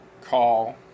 call